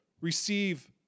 receive